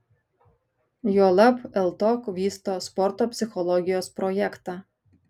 juolab ltok vysto sporto psichologijos projektą